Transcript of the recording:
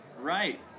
Right